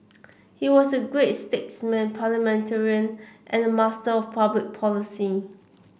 he was a great statesman parliamentarian and a master of public policy